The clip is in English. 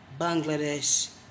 Bangladesh